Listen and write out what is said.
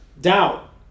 doubt